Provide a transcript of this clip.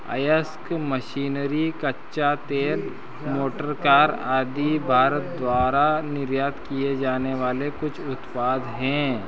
अयस्क मशीनरी कच्चा तेल मोटर कार आदि भारत द्वारा निर्यात किए जाने वाले कुछ उत्पाद हैं